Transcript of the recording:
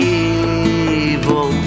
evil